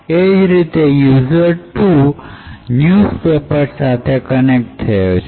અને એ જ રીતે યુઝર ટુ ન્યૂસપેપર સાથે કનેક્ટ થયો છે